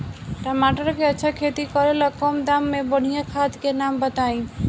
टमाटर के अच्छा खेती करेला कम दाम मे बढ़िया खाद के नाम बताई?